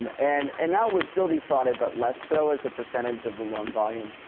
and and now weire still defrauded but less so as the percentage of the loan volume.